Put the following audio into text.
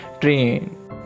train